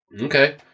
Okay